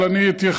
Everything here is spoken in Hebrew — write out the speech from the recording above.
אבל אני אתייחס,